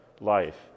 life